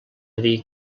dir